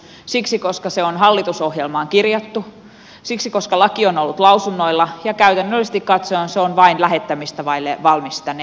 siksi koska se on hallitusohjelmaan kirjattu siksi koska laki on ollut lausunnoilla ja käytännöllisesti katsoen se on vain lähettämistä vaille valmis tänne eduskunnan käsittelyyn